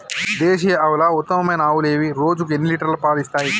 దేశీయ ఆవుల ఉత్తమమైన ఆవులు ఏవి? రోజుకు ఎన్ని లీటర్ల పాలు ఇస్తాయి?